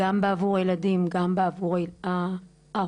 גם בעבור הילדים וגם בעבור ההורים,